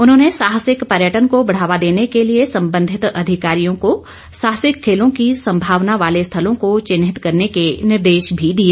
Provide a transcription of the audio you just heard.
उन्होंने साहसिक पर्यटन को बढ़ावा देने के लिए सम्बन्धित अधिकारियों को साहसिक खेलों की संभावना वाले स्थलों को चिन्हित करने के निर्देश भी दिए